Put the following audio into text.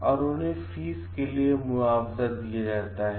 और उन्हें फीस के लिए मुआवजा दिया जाता है